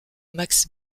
max